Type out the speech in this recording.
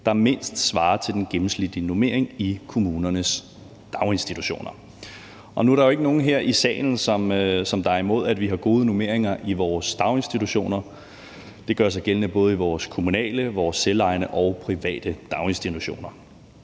der mindst svarer til den gennemsnitlige normering i kommunernes daginstitutioner. Nu er der jo ikke nogen her i salen, som er imod, at vi har gode normeringer i vores daginstitutioner. Det gør sig gældende både i vores kommunale, selvejende og private daginstitutioner.